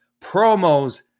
promos